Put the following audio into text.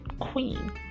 queen